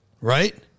right